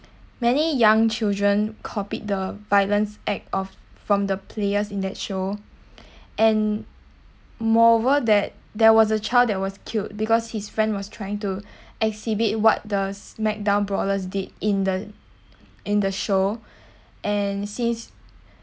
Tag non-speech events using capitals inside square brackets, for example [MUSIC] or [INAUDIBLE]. many young children copied the violence act of from the players in that show [BREATH] and moreover that there was a child that was killed because his friend was trying to [BREATH] exhibit what the smack down brawlers did in the in the show [BREATH] and sees